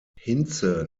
hinze